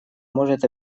может